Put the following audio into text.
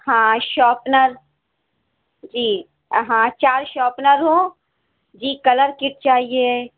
ہاں شارپنر جی ہاں چار شارپنر ہوں جی کلر کٹ چاہیے ہے